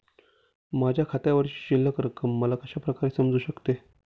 माझ्या खात्यावरची शिल्लक रक्कम मला कशा प्रकारे समजू शकते?